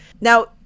Now